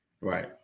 right